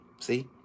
See